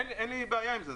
אין לי בעיה עם זה.